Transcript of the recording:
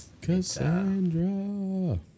Cassandra